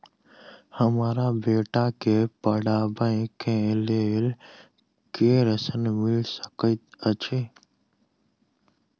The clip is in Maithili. हमरा बेटा केँ पढ़ाबै केँ लेल केँ ऋण मिल सकैत अई?